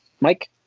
Mike